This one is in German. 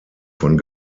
von